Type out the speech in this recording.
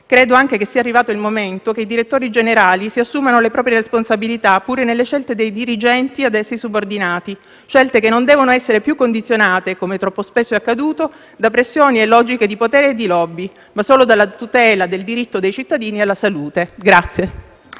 Credo anche che sia arrivato il momento che i direttori generali si assumano le proprie responsabilità pure nelle scelte dei dirigenti ad essi subordinati, che non devono essere più condizionate, come troppo spesso è accaduto, da pressioni e logiche di potere e di *lobby*, ma solo dalla tutela del diritto dei cittadini alla salute.